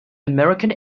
american